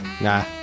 Nah